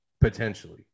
potentially